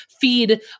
feed